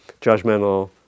judgmental